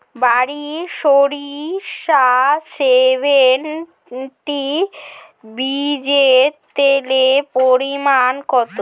বারি সরিষা সেভেনটিন বীজে তেলের পরিমাণ কত?